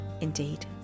indeed